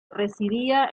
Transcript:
residía